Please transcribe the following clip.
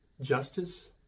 justice